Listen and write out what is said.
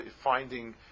finding